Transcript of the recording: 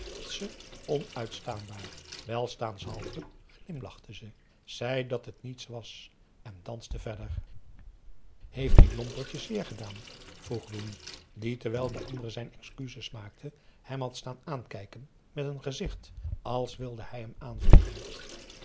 vond ze onuitstaanbaar welstaanshalve glimlachte ze zei dat het niets was en danste verder heeft die lomperd je zeer gedaan vroeg louis die terwijl de andere zijn excuses maakte hem had staan aankijken met een gezicht als wilde hij hem aanvliegen